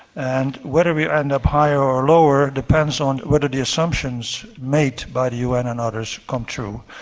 and whether we end up higher or lower depends on whether the assumptions made by the un and others come true,